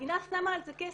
המדינה שמה על זה כסף,